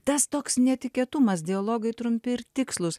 tas toks netikėtumas dialogai trumpi ir tikslūs